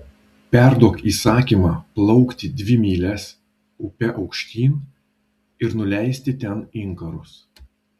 perduok įsakymą plaukti dvi mylias upe aukštyn ir nuleisti ten inkarus